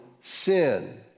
sin